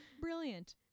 Brilliant